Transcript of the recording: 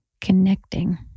connecting